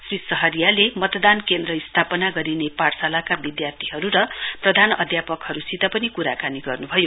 श्री सहारियले मतदान केन्द्र स्थापना गरिने पाठशालाका विधार्थीहरु र प्रधान अध्यपकहरुसित पनि कुराकानी गर्नुभयो